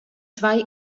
zwei